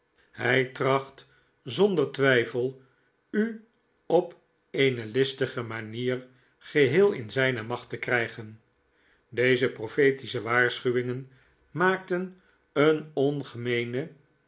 hij tracht zonder twijfel u op eene listige manier geheel in zijne macht te krijgen deze profetische waarschuwingen maakten een